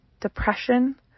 depression